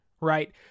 right